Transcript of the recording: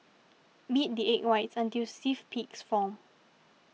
beat the egg whites until stiff peaks form